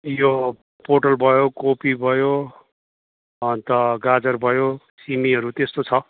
यो पोटल भयो कोपी भयो अन्त गाजर भयो सिमीहरू त्यस्तो छ